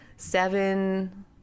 Seven